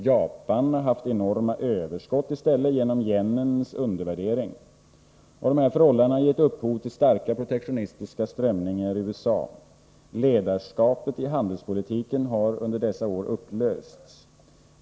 Japan har haft enorma överskott genom yenens undervärdering. Dessa förhållanden har givit upphov till starka protektionistiska strömningar i USA. Ledarskapet i handelspolitiken har under dessa år upplösts.